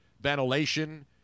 ventilation